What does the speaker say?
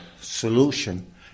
solution